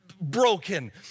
broken